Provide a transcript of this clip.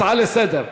בסדר.